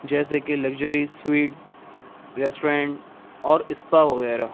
جیسے کہ luxury suites restaurant اور اسپا وغیرہ